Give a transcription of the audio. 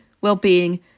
well-being